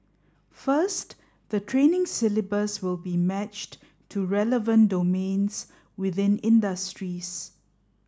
first the training syllabus will be matched to relevant domains within industries